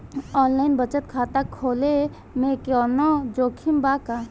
Online बचत खाता खोले में कवनो जोखिम बा का?